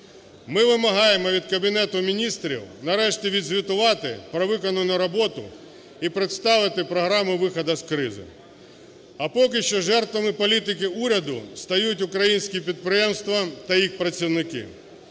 Ми вимагаємо від Кабінету Міністрів нарешті відзвітувати про виконану роботу і представити програму виходу з кризи. А поки що жертвами політики уряду стають українські підприємства та їх працівники.